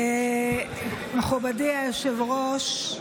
מכובדי היושב-ראש,